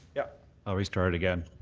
yeah i'll restart it again.